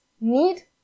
need